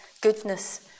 goodness